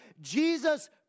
Jesus